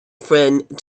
friend